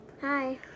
Hi